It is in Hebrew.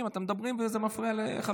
אתם מדברים, וזה מפריע לחבר הכנסת טסלר.